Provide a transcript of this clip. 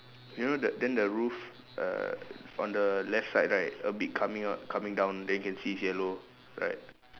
you know the then the roof uh on the left side right a bit coming out coming down then you can see it's yellow right